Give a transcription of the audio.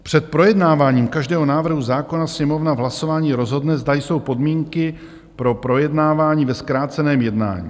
Před projednáváním každého návrhu zákona Sněmovna v hlasování rozhodne, zda jsou podmínky pro projednávání ve zkráceném jednání.